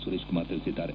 ಸುರೇಶ್ ಕುಮಾರ್ ತಿಳಿಸಿದ್ದಾರೆ